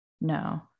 No